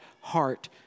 heart